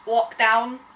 lockdown